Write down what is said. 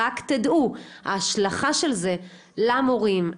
רק שתדעו.' ההשלכה של זה למורים,